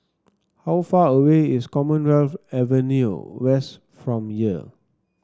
how far away is Commonwealth Avenue West from here